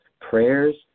prayers